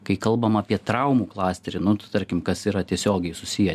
kai kalbam apie traumų klasterį nu tai tarkim kas yra tiesiogiai susiję